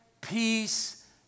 peace